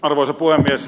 arvoisa puhemies